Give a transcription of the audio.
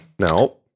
No